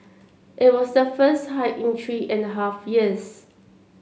it was the first hike in three and a half years